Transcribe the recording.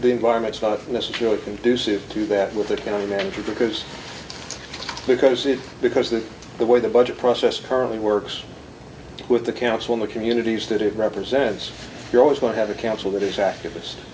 the environment is not necessarily conducive to that with the county manager because because it because that the way the budget process currently works with the council in the communities that it represents you're always going to have a council that is activist